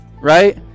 right